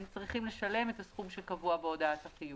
צריכים לשלם את הסכום שקבוע בהודעת החיוב.